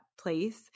place